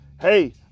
Hey